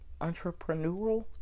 entrepreneurial